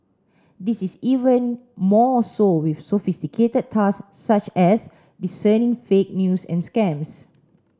this is even more so with sophisticated tasks such as discerning fake news and scams